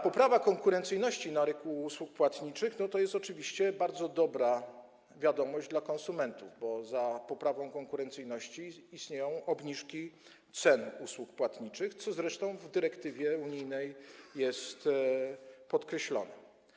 Poprawa konkurencyjności na rynku usług płatniczych to oczywiście bardzo dobra wiadomość dla konsumentów, bo za poprawą konkurencyjności idą obniżki cen usług płatniczych, co zresztą w dyrektywie unijnej jest podkreślone.